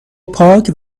پاک